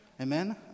Amen